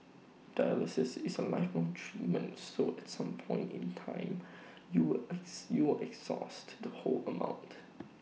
dialysis is A lifelong treatment so at some point in time you will ex you will exhaust the whole amount